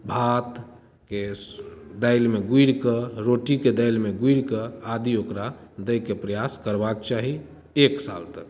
भातके दालिमे गुरिके रोटीके दालिमे गुरिके आदि ओकरा दैके प्रयास करबाक चाही एक साल तक